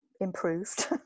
improved